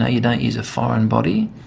ah you don't use a foreign body.